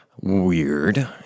weird